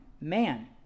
man